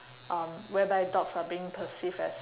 um whereby dogs are being perceived as